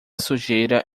sujeira